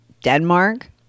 Denmark